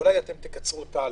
אולי אתם תקצרו תהליך?